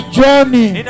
journey